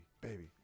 baby